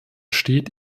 steht